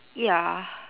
ya